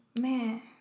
Man